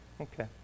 Okay